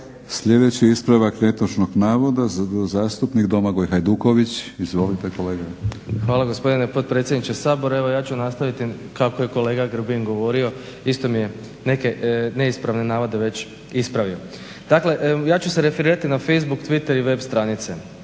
Sljedeći ispravak netočnog navoda zastupnik Domagoj Hajduković. Izvolite kolega. **Hajduković, Domagoj (SDP)** Hvala gospodine potpredsjedniče Sabora. Evo ja ću nastaviti kako je kolega Grbin govorio isto mi je neke neispravne navode već ispravio. Dakle, ja ću se referirati na Facebook, Twitter i web stranice.